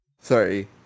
Sorry